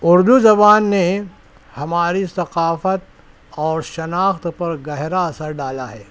اُردو زبان نے ہماری ثقافت اور شناخت پر گہرا اثر ڈالا ہے